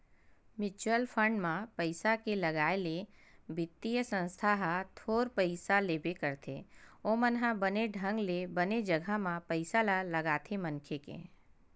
mutual fund म पइसा के लगाए ले बित्तीय संस्था ह थोर पइसा लेबे करथे ओमन ह बने ढंग ले बने जघा म पइसा ल लगाथे मनखे के